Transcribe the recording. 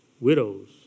Widows